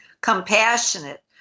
compassionate